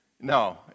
No